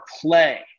play